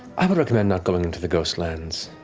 i would recommend not going into the ghostlands.